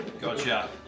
Gotcha